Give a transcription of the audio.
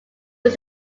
was